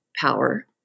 power